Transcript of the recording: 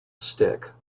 stick